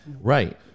right